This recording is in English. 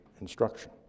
instruction